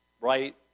right